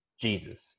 Jesus